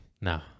No